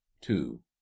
Two